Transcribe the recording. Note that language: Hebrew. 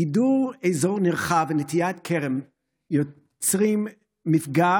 גידור אזור נרחב ונטיעת כרם יוצרים מפגע